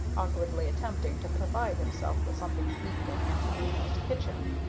awkwardly attempting to provide himself with something to eat in aunty nimmo's kitchen.